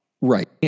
Right